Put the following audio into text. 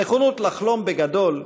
הנכונות לחלום בגדול,